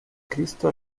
cristo